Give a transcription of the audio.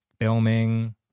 Filming